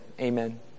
amen